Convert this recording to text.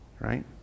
right